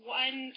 one